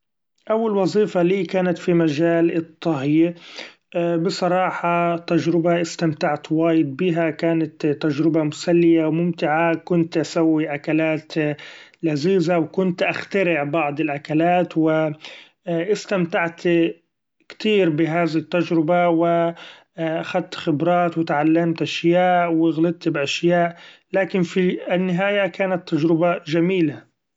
أول وظيفة لي كانت في مجال الطهي ، بصراحه تجربة استمتعت وايد بها كانت تجربة مسلية و ممتعه ، كنت اسوي أكلات لذيذة و كنت أخترع بعض الأكلات و استمتعت كتير بهذه التجربه ، واخدت خبرات وتعلمت أشياء و غلطت بأشياء ، لكن في النهاية كانت تجربة جميلة.